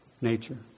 nature